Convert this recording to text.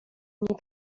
mnie